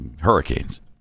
hurricanes